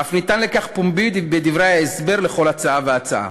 ואף ניתן לכך פומבי בדברי ההסבר לכל הצעה והצעה.